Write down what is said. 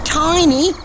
tiny